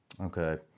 okay